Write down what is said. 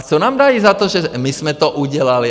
Co nám dají za to, že my jsme to udělali?